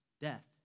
death